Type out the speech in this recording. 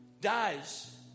dies